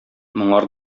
моңар